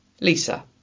Lisa